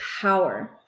power